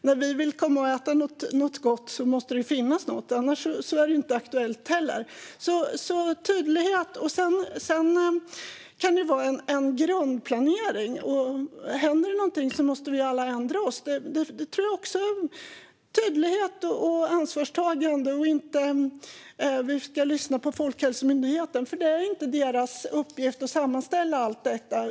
När vi vill komma och äta något gott måste det ju finnas något, annars är det inte aktuellt heller. Det handlar alltså om tydlighet. Sedan kan det vara en grundplanering, och händer det någonting måste vi alla ändra oss. Man vill ha tydlighet och ansvarstagande och inte höra att vi ska lyssna på Folkhälsomyndigheten, för det är inte deras uppgift att sammanställa allt detta.